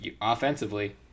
offensively